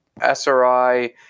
SRI